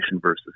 versus